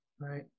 Right